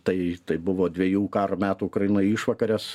tai buvo dviejų karo metų ukrainoj išvakarės